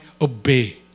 obey